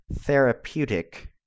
therapeutic